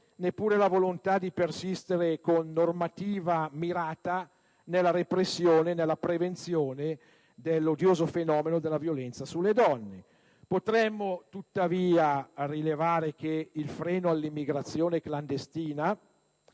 neppure la volontà di persistere, con normativa mirata, nella prevenzione dell'odioso fenomeno della violenza sulle donne. Potremmo tuttavia rilevare che il freno all'immigrazione clandestina,